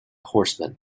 horsemen